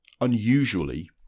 unusually